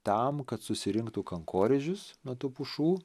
tam kad susirinktų kankorėžius nuo tų pušų